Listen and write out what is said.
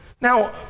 Now